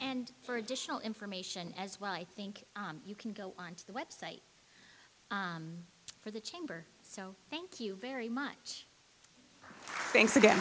and for additional information as well i think you can go on to the website for the chamber so thank you very much thanks again